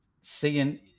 seeing